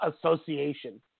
association